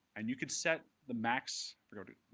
and you can set the max